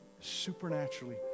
supernaturally